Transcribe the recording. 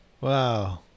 Wow